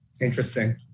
Interesting